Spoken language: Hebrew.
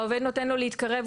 העובד נותן לו להתקרב.